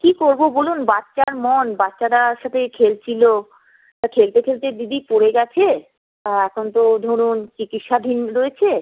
কি করবো বলুন বাচ্চার মন বাচ্চারা একসাথে খেলছিলো তা খেলতে খেলতে দিদি পড়ে গেছে তা এখন তো ধরুন চিকিৎসাধীন রয়েছে